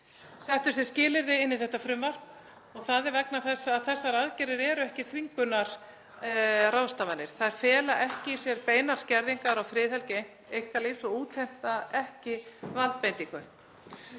settur sem skilyrði í þetta frumvarp. Það er vegna þess að þessar aðgerðir eru ekki þvingunarráðstafanir. Þær fela ekki í sér beinar skerðingar á friðhelgi einkalífs og útheimta ekki valdbeitingu